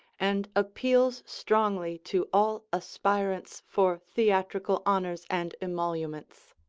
and appeals strongly to all aspirants for theatrical honors and emoluments.